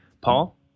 Paul